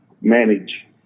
manage